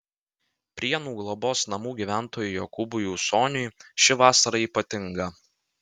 prienų globos namų gyventojui jokūbui ūsoniui ši vasara ypatinga